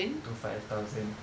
two five thousand